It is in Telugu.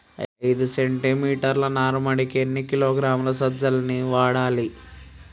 ఐదు సెంటి మీటర్ల నారుమడికి ఎన్ని కిలోగ్రాముల నత్రజని వాడాలి?